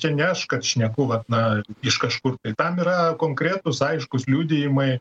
čia ne aš kad šneku vat na iš kažkur tai tam yra konkretūs aiškūs liudijimai